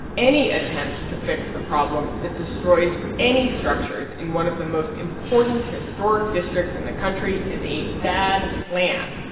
any attempt to fix the problem that destroys any structures in one of the most important historic districts in the country is a bad plan.